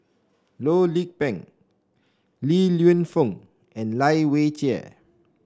Loh Lik Peng Li Lienfung and Lai Weijie